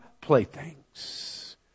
playthings